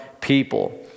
people